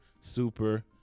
super